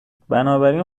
بنابراین